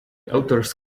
authors